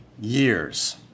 years